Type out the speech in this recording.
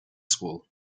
school